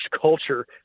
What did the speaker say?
culture